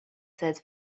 said